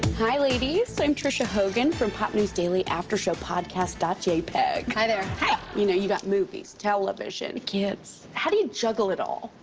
hi, ladies. i'm tricia hogan from pop news daily after show podcast jpeg. hi, there. hi. you know you got movies, television, kids, how do you juggle it all?